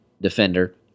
defender